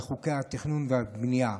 בחוקי התכנון והבנייה,